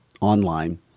online